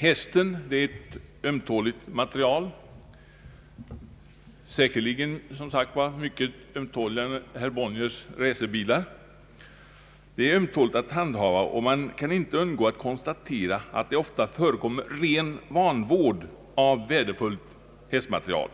Hästen är ett ömtåligt material att handha — säkerligen som sagt mycket ömtåligare än herr Bonniers racerbilar — och man kan inte undgå att konstatera att det ofta förekommer klar vanvård av värdefullt hästmaterial.